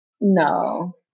No